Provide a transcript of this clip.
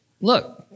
look